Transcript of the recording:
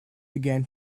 began